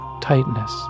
tightness